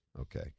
Okay